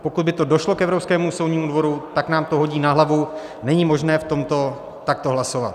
Pokud by to došlo k Evropskému soudnímu dvoru, tak nám to hodí na hlavu, není možné v tomto takto hlasovat.